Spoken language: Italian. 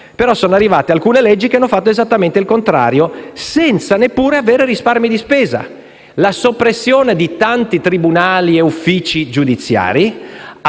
è mai cambiato, alcune leggi che hanno fatto esattamente il contrario, senza neppure realizzare risparmi di spesa. La soppressione di tanti tribunali e uffici giudiziari